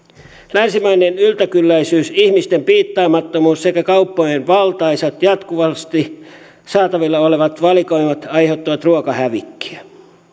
länsimainen yltäkylläisyys ihmisten piittaamattomuus sekä kauppojen valtaisat jatkuvasti saatavilla olevat valikoimat aiheuttavat ruokahävikkiä